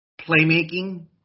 playmaking